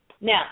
Now